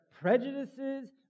prejudices